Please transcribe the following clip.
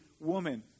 woman